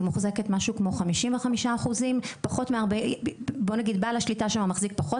היא מוחזקת משהו כמו 55%. בעל השליטה שם מחזיק פחות